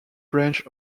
branch